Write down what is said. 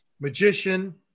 magician